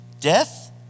Death